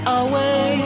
away